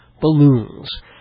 Balloons